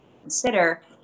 consider